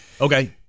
Okay